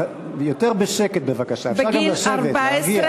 חבר הכנסת נסים זאב, יותר בשקט בבקשה.